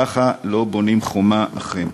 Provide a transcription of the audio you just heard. ככה לא בונים חומה, אכן.